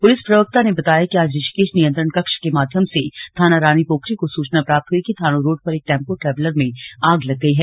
police प्रवक्ता ने बताया कि आज ऋषिकेश नियंत्रण कक्ष के माध्यम से थाना रानीपोखरी को सूचना प्राप्त हुई कि थानों रोड पर एक टेंपो ट्रैवलर में आग लग गई है